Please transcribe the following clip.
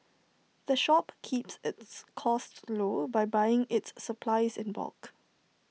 the shop keeps its costs low by buying its supplies in bulk